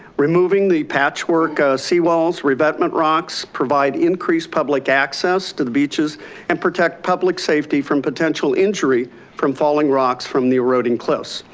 removing the patchwork seawalls, revetment rocks provide increased public access to the beaches and protect public safety from potential injury from falling rocks from the eroding cliffs.